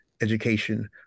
education